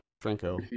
Franco